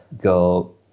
Go